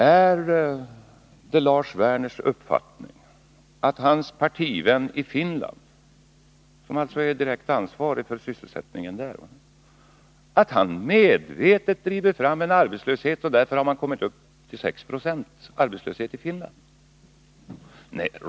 Är det Lars Werners uppfattning att hans partivän i Finland, som är direkt ansvarig för sysselsättningen där, medvetet driver fram en arbetslöshet, som där har kommit uppi6 26?